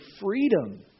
freedom